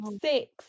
six